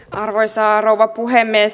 arvoisa rouva puhemies